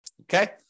okay